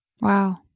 Wow